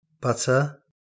butter